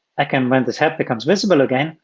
i can, when the tab becomes visible again,